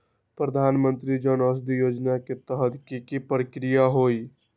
प्रधानमंत्री जन औषधि योजना के तहत की की प्रक्रिया होई?